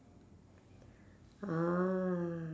ah